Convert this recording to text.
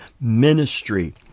ministry